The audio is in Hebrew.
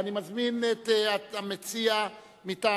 אני מזמין את המציע מטעם